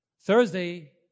Thursday